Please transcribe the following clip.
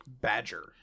Badger